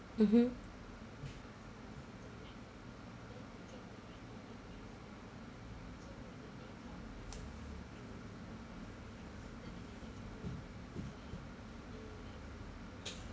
mmhmm